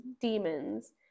demons